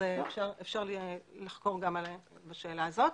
אפשר לחקור גם בשאלה הזאת.